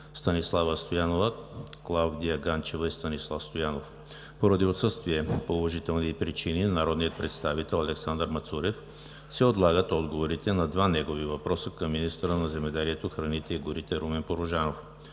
Станислава Стоянова, Клавдия Ганчева и Станислав Стоянов. Поради отсъствие по уважителни причини на народния представител Александър Мацурев се отлагат отговорите на два негови въпроса към министъра на земеделието, храните и горите Румен Порожанов.